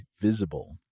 Visible